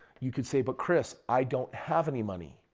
you could say, but kris, i don't have any money.